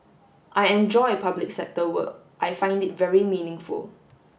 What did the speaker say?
I enjoy public sector work I find it very meaningful